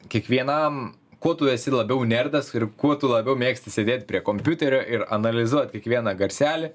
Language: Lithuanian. kiekvienam kuo tu esi labiau nerdas ir kuo tu labiau mėgsti sėdėti prie kompiuterio ir analizuoti kiekvieną garselį